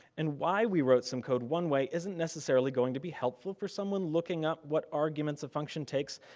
and why we wrote some code one way isn't necessarily going to be helpful for someone looking at what arguments a function takes.